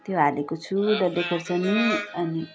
त्यो हालेको छु डल्ले खोर्सानी अनि